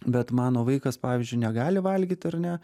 bet mano vaikas pavyzdžiui negali valgyt ar ne